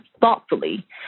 thoughtfully